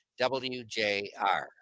WJR